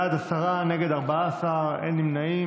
בעד, עשרה, נגד, 14, אין נמנעים.